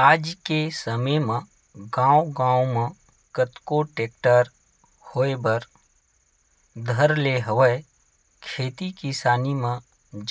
आज के समे म गांव गांव म कतको टेक्टर होय बर धर ले हवय खेती किसानी म